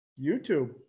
YouTube